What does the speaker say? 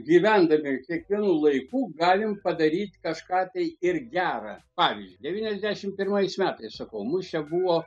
gyvendami kiekvienu laiku galim padaryt kažką tai ir gera pavyzdžiui devyniasdešimt pirmais metais sakau mus čia buvo